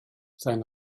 sein